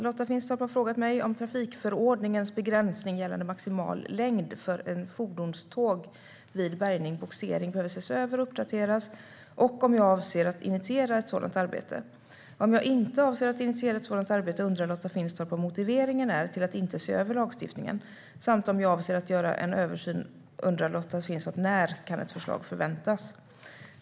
Lotta Finstorp har frågat mig om trafikförordningens begränsning gällande maximal längd för ett fordonståg vid bärgning och bogsering behöver ses över och uppdateras och om jag avser att initiera ett sådant arbete. Om jag inte avser att initiera ett sådant arbete undrar Lotta Finstorp vad motiveringen är till att inte se över lagstiftningen. Om jag avser att göra en översyn undrar Lotta Finstorp när ett förslag kan förväntas.